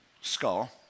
skull